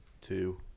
Two